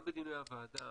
גם בדיוני הוועדה,